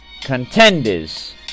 contenders